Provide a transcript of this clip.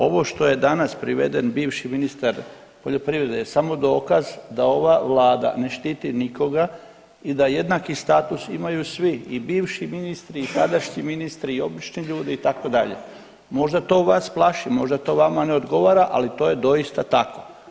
Ovo što je danas priveden bivši ministar poljoprivrede je samo dokaz da ova vlada ne štiti nikoga i da jednaki status imaju svi i bivši ministri i sadašnji ministri i obični ljudi itd., možda to vas plaši, možda to vama ne odgovara, ali to je doista tako.